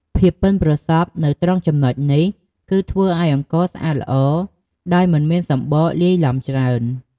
ភាពប៉ិនប្រសប់នៅត្រង់ចំណុចនេះ គឺធ្វើឱ្យអង្ករស្អាតល្អ ដោយមិនមានសម្បកលាយឡំច្រើន។